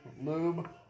lube